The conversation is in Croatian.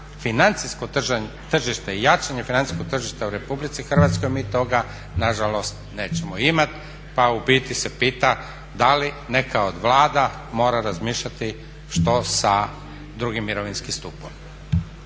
financijsko tržište i jačanje financijskog tržišta u RH mi toga nažalost nećemo imati. Pa u biti se pitam da li neka od Vlada mora razmišljati što sa drugim mirovinskim stupom?